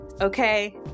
okay